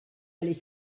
allait